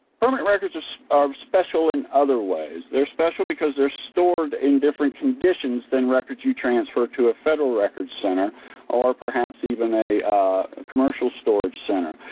permanent records are special in other ways, they're special because they're stored in different conditions then records you transfer to a federal records center or perhaps even a commercial storage center.